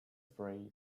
spray